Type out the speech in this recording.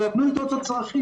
--- את הצרכים.